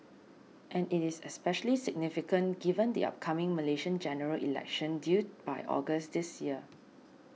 and it is especially significant given the upcoming Malaysian General Election due by August this year